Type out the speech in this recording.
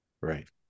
Right